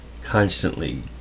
constantly